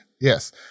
Yes